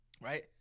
Right